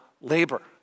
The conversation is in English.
labor